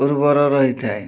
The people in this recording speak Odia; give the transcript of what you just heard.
ଉର୍ବର ରହିଥାଏ